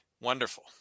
Wonderful